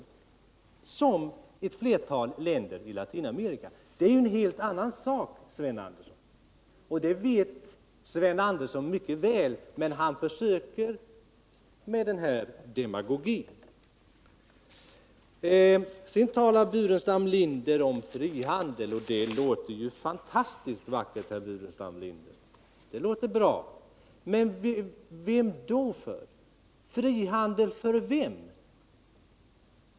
Detta gäller t.ex. ett flertal länder i Latinamerika. Det är ju en helt annan sak, och det vet Sven Andersson mycket väl, men han försöker med den här demagogin. Sedan talade Staffan Burenstam Linder om frihandel, och det lät ju mycket bra. Men bra för vem, frihandel för vem?